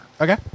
Okay